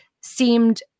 seemed